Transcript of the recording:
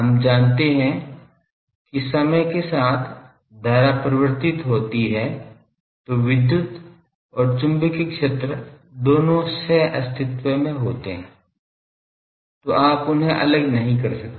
हम जानते हैं कि समय के साथ धारा परिवर्तित होती है तो विद्युत और चुंबकीय क्षेत्र दोनों सह अस्तित्व में होते हैं तो आप उन्हें अलग नहीं कर सकते